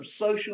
social